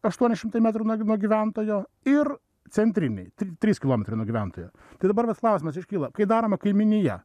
aštuoni šimtai metrų nuo nuo gyventojo ir centriniai try trys kilometrai nuo gyventojų tai dabar vat klausimas iškyla kai daroma kaimynija